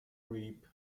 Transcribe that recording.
reap